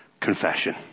Confession